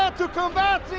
um to combat